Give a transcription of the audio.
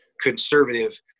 conservative